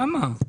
כמה?